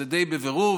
זה די ברור,